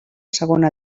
segona